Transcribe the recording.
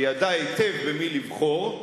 שידע היטב במי לבחור,